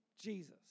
Jesus